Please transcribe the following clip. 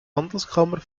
handelskammer